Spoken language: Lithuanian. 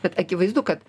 bet akivaizdu kad